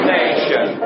nation